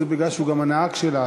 זה מפני שהוא גם הנהג שלה,